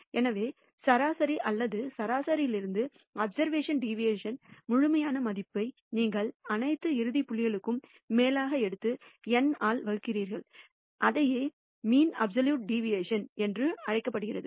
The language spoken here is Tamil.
எனவே சராசரி அல்லது சராசரியிலிருந்து அப்சர்வேசன் டிவியேஷன் முழுமையான மதிப்பை நீங்கள் அனைத்து இறுதி புள்ளிகளுக்கும் மேலாக எடுத்து N ஆல் வகுக்கிறீர்கள் அதையே மீன் அப்சலியூட் டிவியேஷன் என்று அழைக்கப்படுகிறது